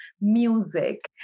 music